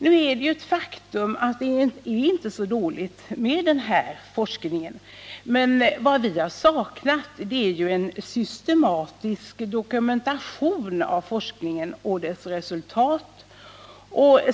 Nu är det ett faktum att det inte är så dåligt ställt med forskningen på detta område. Vad vi saknat är en systematisk dokumentation av forskningen och dess resultat.